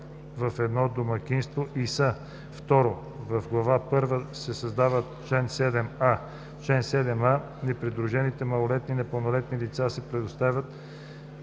в едно домакинство и са“. 2. В глава първа се създава чл. 7а: „Чл. 7а. Непридружените малолетни и непълнолетни лица се представляват